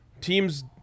Teams